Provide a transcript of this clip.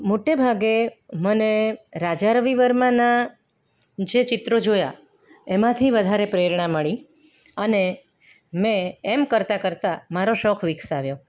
મોટેભાગે મને રાજા રવિ વર્માનાં જે ચિત્રો જોયાં એમાથી વધારે પ્રેરણા મળી અને મેં એમ કરતાં કરતાં મારો શોખ વિકસાવ્યો